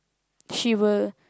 she will